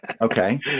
Okay